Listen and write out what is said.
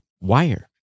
wire